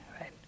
right